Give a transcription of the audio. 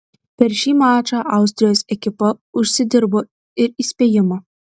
per šį mačą austrijos ekipa užsidirbo ir įspėjimą